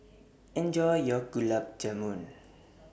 Enjoy your Gulab Jamun